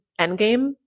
endgame